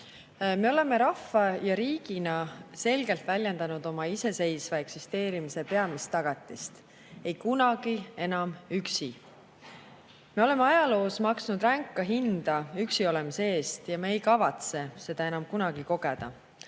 Me oleme rahva ja riigina selgelt väljendanud oma iseseisva eksisteerimise peamist tagatist: ei kunagi enam üksi. Me oleme ajaloos maksnud ränka hinda üksiolemise eest ja me ei kavatse seda enam kunagi kogeda.